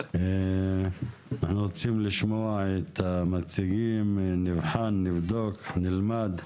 אנחנו רוצים לשמוע את המציגים, נבחן, נבדוק, נלמד.